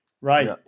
right